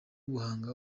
guhanga